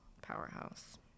powerhouse